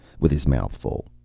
with his mouth full,